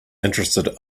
interested